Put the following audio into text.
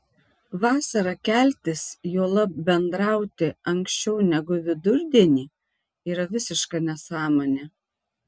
vasarą keltis juolab bendrauti anksčiau negu vidurdienį yra visiška nesąmonė